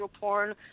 porn